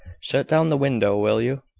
shut down the window, will you?